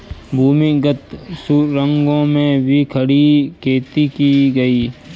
भूमिगत सुरंगों में भी खड़ी खेती की गई